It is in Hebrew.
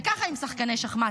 זה ככה עם שחקני שחמט,